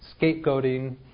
scapegoating